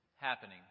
happening